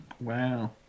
Wow